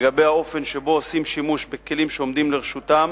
לגבי האופן שבו עושים שימוש בכלים שעומדים לרשותם